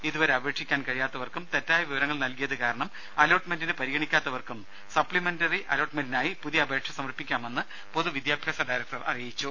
ഇതുവരെ അപേക്ഷിക്കാൻ കഴിയാത്തവർക്കും തെറ്റായ വിവരങ്ങൾ നൽകിയത് കാരണം അലോട്ട്മെന്റിന് പരിഗണിക്കാത്തവർക്കും സപ്ലിമെന്ററി അലോട്ട്മെന്റിനായി പുതിയ അപേക്ഷ സമർപ്പിക്കാമെന്ന് പൊതുവിദ്യാഭ്യാസ ഡയറക്ടർ അറിയിച്ചു